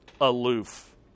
aloof